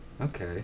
okay